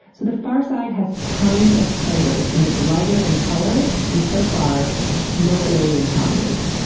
so the far side has tons of craters and it's lighter in color, and so far no alien communes.